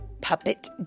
puppet